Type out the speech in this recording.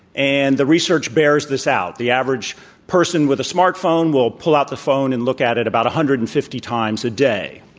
and the research bears this out. the average person with a smartphone will pull out the phone and look at it about one hundred and fifty times a day.